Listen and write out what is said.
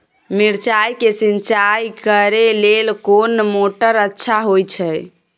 मिर्चाय के सिंचाई करे लेल कोन मोटर अच्छा होय छै?